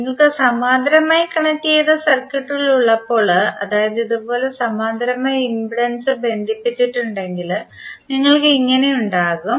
നിങ്ങൾക്ക് സമാന്തരമായി കണക്റ്റുചെയ്ത സർക്യൂട്ടുകൾ ഉള്ളപ്പോൾ അതായത് ഇതുപോലുള്ള സമാന്തരമായി ഇംപെഡൻസ് ബന്ധിപ്പിച്ചിട്ടുണ്ടെങ്കിൽ നിങ്ങൾക്ക് ഇങ്ങനെ ഉണ്ടാകും